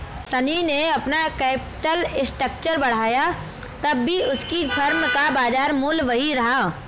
शनी ने अपना capital structure बढ़ाया तब भी उसकी फर्म का बाजार मूल्य वही रहा